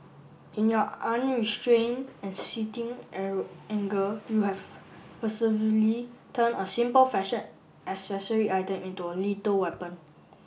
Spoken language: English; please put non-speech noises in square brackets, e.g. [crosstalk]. in your unrestrain and seething [unintelligible] anger you have [unintelligible] turn a simple fashion accessory item into a little weapon